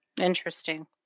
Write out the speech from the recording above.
Interesting